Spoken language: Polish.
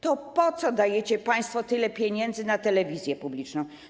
To po co dajecie państwo tyle pieniędzy na telewizję publiczną?